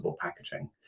packaging